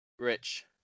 rich